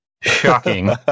shocking